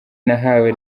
nahawe